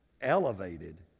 elevated